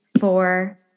four